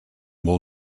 will